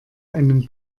einen